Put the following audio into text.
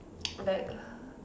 like